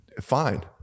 fine